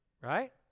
Right